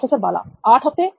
professor Bala 8 हफ्ते